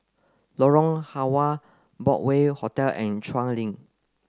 Lorong Halwa Broadway Hotel and Chuan Link